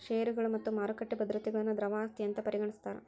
ಷೇರುಗಳು ಮತ್ತ ಮಾರುಕಟ್ಟಿ ಭದ್ರತೆಗಳನ್ನ ದ್ರವ ಆಸ್ತಿ ಅಂತ್ ಪರಿಗಣಿಸ್ತಾರ್